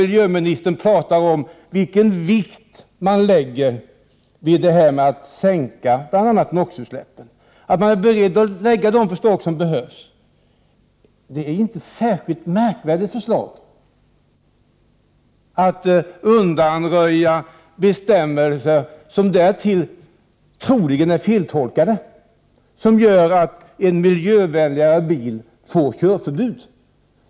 Miljöministern talar om den vikt som man fäster vid minskningen av bl.a. NO,-utsläppen och om att man är beredd att lägga fram de förslag som behövs. Men det är väl inte särskilt märkvärdigt att föreslå att bestämmelser skall undanröjas som troligen är feltolkade och som innebär att en miljövänligare bil får körförbud.